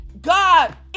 God